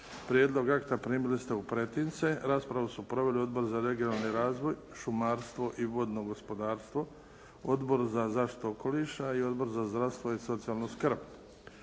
Prijedlog akta primili ste u pretince. Raspravu su proveli Odbor za regionalni razvoj, šumarstvo i vodno gospodarstvo, Odbor za zaštitu okoliša i Odbor za zdravstvo i socijalnu skrb.